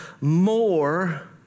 more